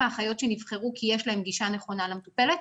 אחיות שנבחרו כי יש להן גישה נכונה למטופלת